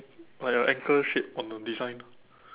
like a anchor shape on the design